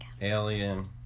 Alien